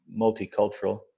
multicultural